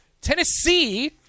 Tennessee